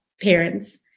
parents